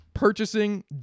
purchasing